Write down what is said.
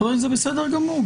חברים, זה בסדר גמור.